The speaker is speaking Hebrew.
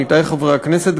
עמיתי חברי הכנסת,